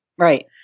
Right